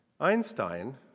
Einstein